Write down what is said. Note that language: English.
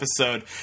episode